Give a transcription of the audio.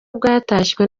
bwatashywe